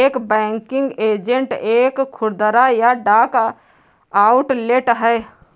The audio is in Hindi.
एक बैंकिंग एजेंट एक खुदरा या डाक आउटलेट है